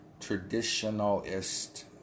traditionalist